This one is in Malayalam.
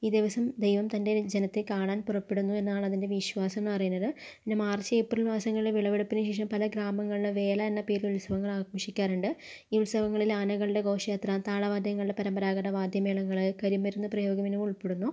ഈ ദിവസം ദൈവം തൻ്റെ ജനത്തെ കാണാൻ പുറപ്പെടുന്നു എന്നാണ് അതിൻ്റെ വിശ്വാസം എന്ന് പറയുന്നത് ഇത് മാർച്ച് ഏപ്രിൽ മാസങ്ങളിലെ വിളവെടുപ്പിന് ശേഷം പല ഗ്രാമങ്ങള് വേല എന്ന പേരിൽ ഉത്സവങ്ങൾ ആഘോഷിക്കാറുണ്ട് ഈ ഉത്സവങ്ങളിൽ ആനകളുടെ ഘോഷയാത്ര താളവാദ്യങ്ങളുടെ പരമ്പരാഗത വാദ്യമേളങ്ങള് കരിമരുന്ന് പ്രയോഗങ്ങളും ഉൾപ്പെടുന്നു